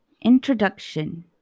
Introduction